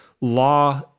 law